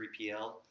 3PL